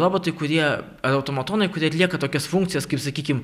robotai kurie automatonai kuri atlieka tokias funkcijas kaip sakykim